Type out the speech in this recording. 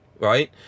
right